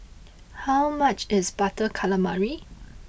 how much is Butter Calamari